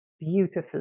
beautifully